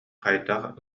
хайдах